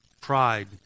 Pride